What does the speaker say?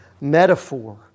metaphor